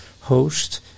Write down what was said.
host